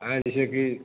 हाँ जैसे कि